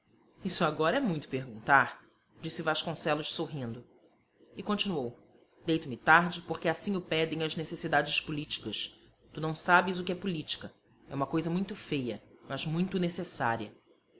isso agora é muito perguntar disse vasconcelos sorrindo e continuou deito-me tarde porque assim o pedem as necessidades políticas tu não sabes o que é política é uma coisa muito feia mas muito necessária